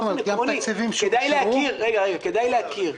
כדאי להכיר.